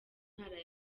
ntara